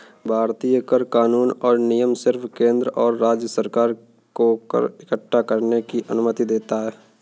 भारतीय कर कानून और नियम सिर्फ केंद्र और राज्य सरकार को कर इक्कठा करने की अनुमति देता है